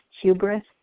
hubris